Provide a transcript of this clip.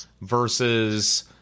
versus